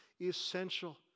essential